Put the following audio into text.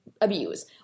abuse